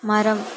மரம்